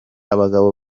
abagabo